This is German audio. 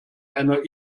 einer